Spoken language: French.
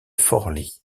forlì